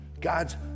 God's